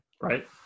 right